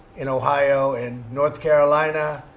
in ohio, in north carolina,